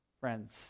Friends